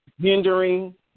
hindering